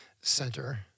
Center